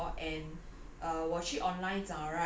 really cannot find in singapore and